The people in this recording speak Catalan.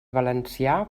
valencià